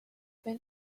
been